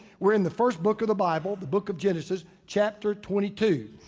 we're in the first book of the bible, the book of genesis, chapter twenty two.